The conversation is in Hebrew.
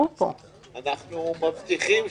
כשהוא דיבר על הצורך בהוראות קבועות,